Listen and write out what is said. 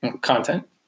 content